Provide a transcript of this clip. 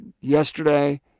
Yesterday